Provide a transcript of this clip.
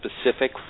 specific